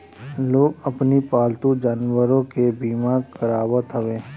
लोग अपनी पालतू जानवरों के बीमा करावत हवे